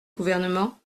gouvernement